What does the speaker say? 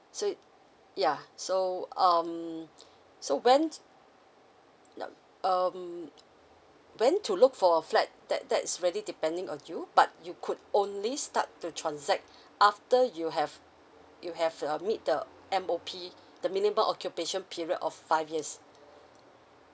so yeah so um so when now um when to look for flat that that's really depending on you but you could only start to transact after you have you have uh met the M_O_P the minimum occupation period of five years